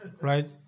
Right